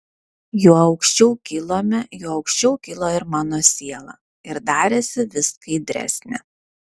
juo aukščiau kilome juo aukščiau kilo ir mano siela ir darėsi vis skaidresnė